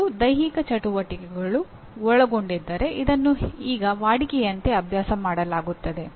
ಮತ್ತು ದೈಹಿಕ ಚಟುವಟಿಕೆಗಳು ಒಳಗೊಂಡಿದ್ದರೆ ಇದನ್ನು ಈಗ ವಾಡಿಕೆಯಂತೆ ಅಭ್ಯಾಸ ಮಾಡಲಾಗುತ್ತದೆ